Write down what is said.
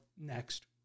next